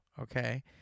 Okay